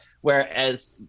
whereas